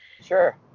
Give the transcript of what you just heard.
Sure